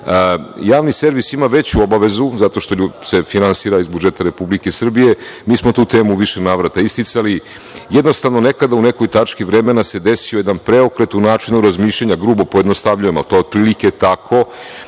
servis ima veću obavezu zato što se finansira iz budžeta Republike Srbije. Mi smo tu temu u više navrata isticali, jednostavno nekada u nekoj tački vremena se desio jedan preokret u načinu razmišljanja, grubo pojednostavljujemo, ali to je otprilike tako,